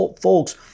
folks